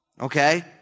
Okay